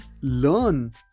learn